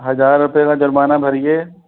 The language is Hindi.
हजार रुपए का जुर्माना भरिए